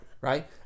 right